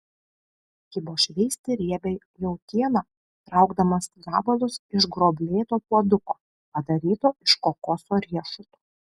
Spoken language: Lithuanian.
kibo šveisti riebią jautieną traukdamas gabalus iš gruoblėto puoduko padaryto iš kokoso riešuto